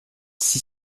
six